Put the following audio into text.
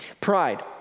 Pride